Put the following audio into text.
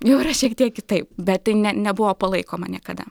jau yra šiek tiek kitaip bet tai ne nebuvo palaikoma niekada